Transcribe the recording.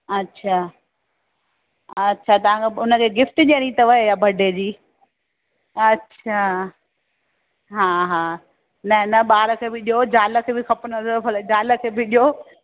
अच्छा अच्छा तव्हांखे उन खे गिफ्ट ॾियणी अथव छा बडे जी अच्छा हा हा न न ॿार खे बि ॾियो ज़ाल खे बि खपनिव भले ॾियो भले ज़ाल खे बि ॾियो